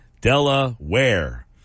Delaware